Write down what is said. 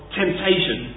temptation